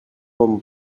bon